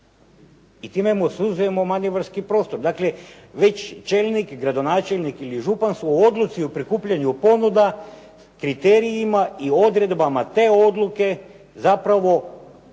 i time mu suzujemo manevarski prostor. Dakle, već čelnik, gradonačelnik ili župan su u odluci u prikupljanju ponuda, kriterijima i odredbama te odluke zapravo unaprijed